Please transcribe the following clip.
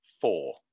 four